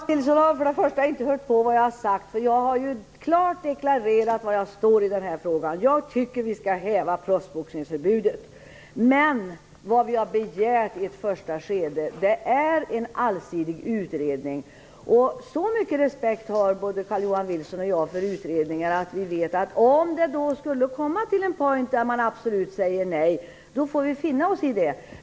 Fru talman! Carl-Johan Wilson har inte hört vad jag har sagt. Jag har klart deklarerat var jag står i denna fråga. Jag tycker att vi skall häva proffsboxningsförbudet. Men vad vi har begärt i ett första skede är en allsidig utredning. Så mycket respekt har både Carl Johan Wilson och jag för utredningar att vi vet att om det skulle komma till en punkt där man absolut säger nej, då får vi finna oss i det.